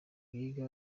biga